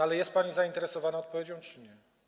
Ale jest pani zainteresowana odpowiedzią czy nie?